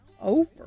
over